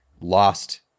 lost